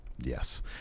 Yes